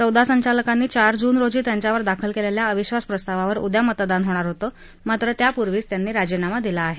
चौदा संचालकांनी चार जून रोजी त्यांच्यावर दाखल केलेल्या अविश्वास प्रस्तावावर उद्या मतदान होणार होतं मात्र त्यापूर्वीच त्यांनी राजीनामा दिला आहे